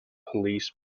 police